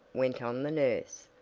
went on the nurse,